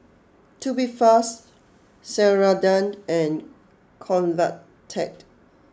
Tubifast Ceradan and Convatec